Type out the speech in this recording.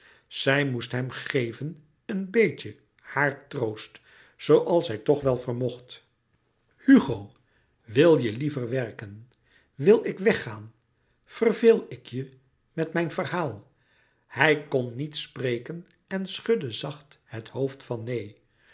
zij moest hem geven een beetje haar troost zooals zij toch wel vermocht hugo wil je liever werken wil ik weggaan verveel ik je met mijn verhaal hij kon niet spreken en schudde zacht het hoofd van neen